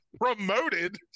promoted